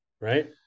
right